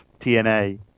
TNA